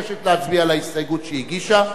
על ההסתייגות שהיא הגישה,